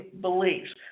beliefs